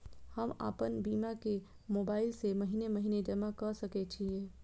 हम आपन बीमा के मोबाईल से महीने महीने जमा कर सके छिये?